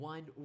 One